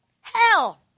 hell